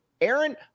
Aaron